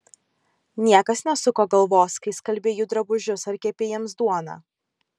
niekas nesuko galvos kai skalbei jų drabužius ar kepei jiems duoną